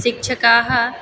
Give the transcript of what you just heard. शक्षकाः